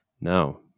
No